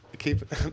Keep